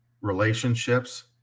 relationships